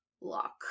lock